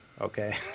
Okay